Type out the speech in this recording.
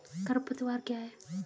खरपतवार क्या है?